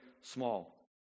small